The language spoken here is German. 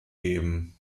geben